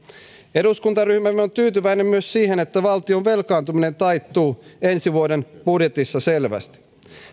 eduskuntaryhmämme on tyytyväinen myös siihen että valtion velkaantuminen taittuu ensi vuoden budjetissa selvästi